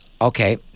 Okay